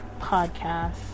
podcast